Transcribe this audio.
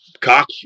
cock